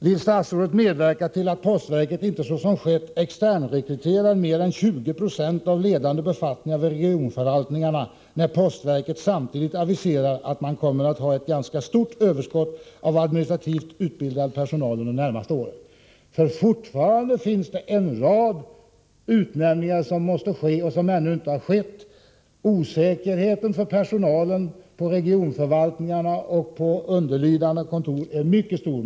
Vill statsrådet medverka till att postverket inte såsom skett externrekryterar mer än 20 20 av ledande befattningar vid regionförvaltningarna när postverket samtidigt aviserar att man kommer att ha ett ganska stort överskott av administrativt utbildad personal under de närmaste åren? Det är fortfarande en rad utnämningar som ännu inte har gjorts och som måste göras. Osäkerheten för personalen på regionförvaltningarna och på underlydande kontor är mycket stor.